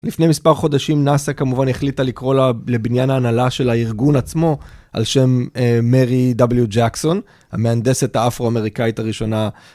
לפני מספר חודשים נאס"א כמובן החליטה לקרוא לבניין ההנהלה של הארגון עצמו על שם מרי וו. ג'קסון, המהנדסת האפרו-אמריקאית הראשונה.